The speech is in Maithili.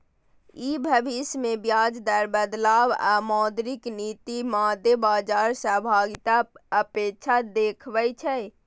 ई भविष्य मे ब्याज दर बदलाव आ मौद्रिक नीतिक मादे बाजार सहभागीक अपेक्षा कें देखबै छै